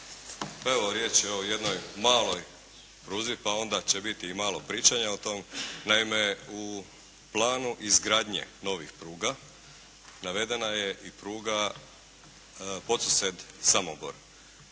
Evo riječ je o jednoj maloj pruzi pa onda će biti i malo pričanja o tom. Naime u planu izgradnje novih pruga navedena je i pruga Podsused-Samobor.